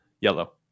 Yellow